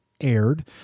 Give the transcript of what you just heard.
aired